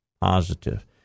positive